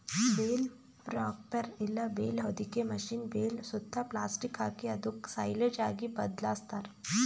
bale wrapper ಇಲ್ಲ bale ಹೊದಿಕೆ machine bale ಸುತ್ತಾ ಪ್ಲಾಸ್ಟಿಕ್ ಹಾಕಿ ಅದುಕ್ ಸೈಲೇಜ್ ಆಗಿ ಬದ್ಲಾಸ್ತಾರ್